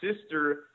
sister